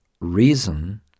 reason